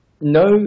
no